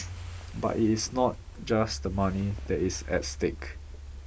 but it is not just the money that is at stake